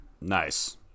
Nice